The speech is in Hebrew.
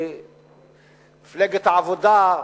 מפלגת העבודה,